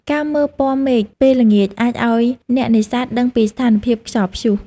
ការមើលពណ៌មេឃពេលល្ងាចអាចឱ្យអ្នកនេសាទដឹងពីស្ថានភាពខ្យល់ព្យុះ។